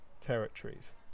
territories